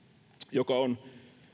joka on